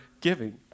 giving